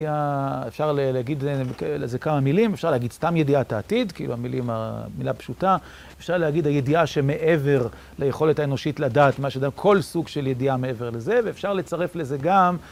אפשר להגיד לזה כמה מילים, אפשר להגיד סתם ידיעת העתיד, כי המילה פשוטה, אפשר להגיד הידיעה שמעבר ליכולת האנושית לדעת מה ש... כל סוג של ידיעה מעבר לזה, ואפשר לצרף לזה גם...